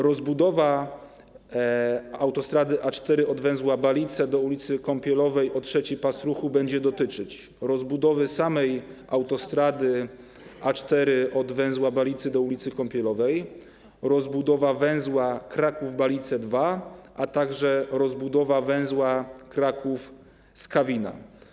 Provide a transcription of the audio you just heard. Rozbudowa autostrady A4 od węzła Balice do ul. Kąpielowej o trzeci pas ruchu będzie dotyczyć rozbudowy samej autostrady A4 od węzła Balice do ul. Kąpielowej, rozbudowy węzła Kraków Balice II, a także rozbudowy węzła Kraków Skawina.